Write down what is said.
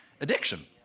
addiction